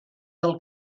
del